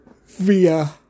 Via